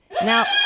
Now